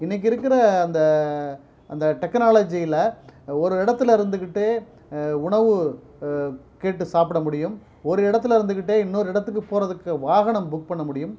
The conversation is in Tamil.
இன்றைக்கு இருக்கிற அந்த அந்த டெக்கனாலஜியில் ஒரு இடத்துல இருந்துக்கிட்டே உணவு கேட்டு சாப்பிட முடியும் ஒரு இடத்துல இருந்துக்கிட்டே இன்னொரு இடத்துக்கு போகிறதுக்கு வாகனம் புக் பண்ண முடியும்